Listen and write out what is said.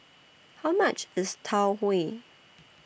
How much IS Tau Huay